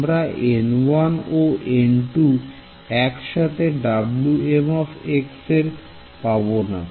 আমরা n1 ও n2 কে একসাথে Wm এ পাবনা